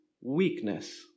weakness